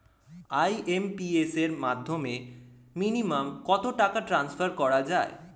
IMPS এর মাধ্যমে minimum কত টাকা ট্রান্সফার করা যায়?